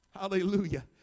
Hallelujah